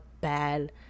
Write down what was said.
bad